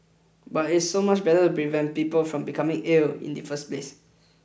but it's so much better prevent people from becoming ill in the first place